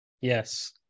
Yes